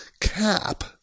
cap